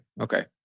Okay